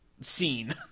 Scene